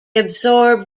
absorbed